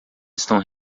estão